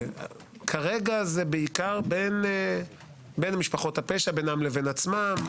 כרגע זה בעיקר בין משפחות הפשע, בינם לבין עצמם,